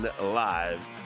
Live